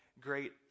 great